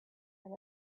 and